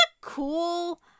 cool